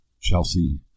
Chelsea